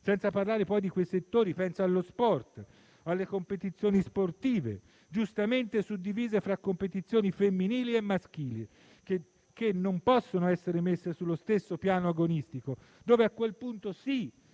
Senza parlare, poi, di quei settori - penso allo sport, alle competizioni sportive - giustamente suddivisi fra competizioni femminili e maschili, che non possono essere messe sullo stesso piano agonistico, dove a quel punto, sì,